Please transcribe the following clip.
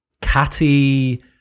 catty